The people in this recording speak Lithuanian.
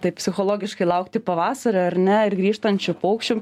taip psichologiškai laukti pavasario ar ne ir grįžtančių paukščių